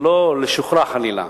לא לשוכרה חלילה,